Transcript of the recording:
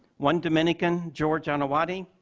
one dominican, george anawati,